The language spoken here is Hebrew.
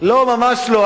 ממש לא.